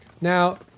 Now